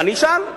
אני אשאל.